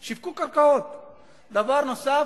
דבר נוסף,